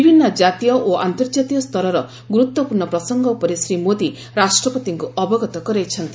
ବିଭିନ୍ନ କାତୀୟ ଓ ଆନ୍ତର୍ଜାତୀୟ ସ୍ତରର ଗୁରୁତ୍ୱପୂର୍ଣ୍ଣ ପ୍ରସଙ୍ଗ ଉପରେ ଶ୍ରୀ ମୋଦୀ ରାଷ୍ଟ୍ରପତିଙ୍କୁ ଅବଗତ କରାଇଛନ୍ତି